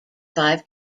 five